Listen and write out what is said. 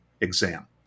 exam